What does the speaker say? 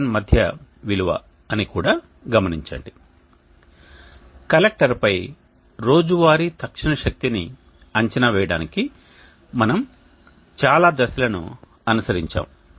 7 మధ్య విలువ అని కూడా గమనించండి కలెక్టర్పై రోజువారీ తక్షణ శక్తిని అంచనా వేయడానికి మనము చాలా దశలను అనుసరించాము